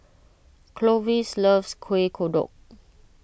Clovis loves Kueh Kodok